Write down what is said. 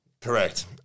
Correct